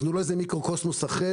אנחנו לא מין מיקרוקוסמוס אחר,